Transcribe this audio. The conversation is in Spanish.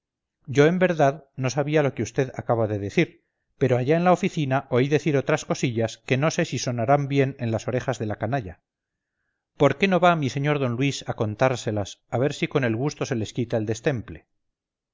yo en verdad no sabía lo que vd acaba de decir pero allá en la oficina oí decir otras cosillas que no sé si sonarán bien en las orejas de la canalla por qué no va mi sr d luis a contárselas a ver si con el gusto se les quita el destemple